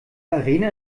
arena